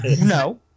No